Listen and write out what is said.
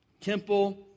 temple